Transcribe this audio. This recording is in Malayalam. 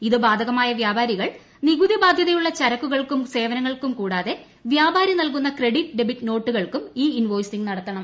ഇത് ബാധകമായ വ്യാപാരികൾ നികുതി ബാധ്യതയുള്ള ചരക്കുകൾക്കും സേവനങ്ങൾക്കും കൂടാതെ വ്യാപാരി നൽകുന്ന ക്രെഡിറ്റ് ഡെബിറ്റ് നോട്ടുകൾക്കും ഇ ഇൻവോയ്സിംഗ് നടത്തണം